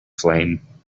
flame